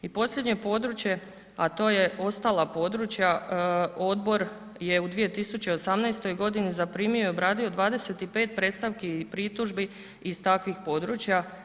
I posljednje područje, a to je ostala područja odbor je u 2018. godini zaprimio i obradio 25 predstavki i pritužbi iz takvih područja.